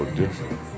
different